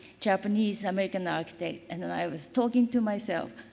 japanese american architect. and and i was talking to myself,